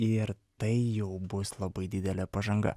ir tai jau bus labai didelė pažanga